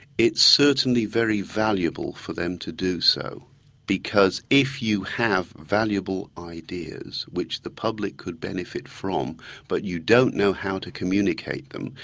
it's certainly very valuable for them to do so because if you have valuable ideas which the public could benefit from but you don't know how to communicate them,